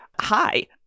Hi